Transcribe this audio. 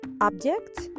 object